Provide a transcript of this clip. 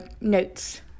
notes